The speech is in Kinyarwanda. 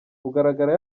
kugaragara